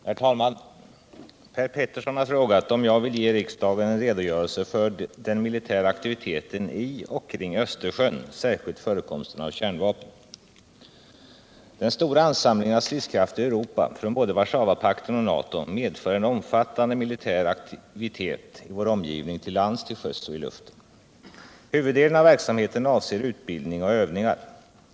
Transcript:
Herr talman! Per Petersson har frågat om jag vill ge riksdagen en redogörelse för den militära aktiviteten i och kring Östersjön, särskilt förekomsten av kärnvapen. Den stora ansamlingen av stridskrafter i Europa från både Warszawapakten och NATO medför en omfattande militär aktivitet i vår omgivning till lands, till sjöss och i luften. Huvuddelen av verksamheten avser utbildning och övningar.